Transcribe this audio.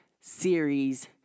series